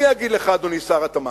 אני אגיד לך, אדוני שר התמ"ת,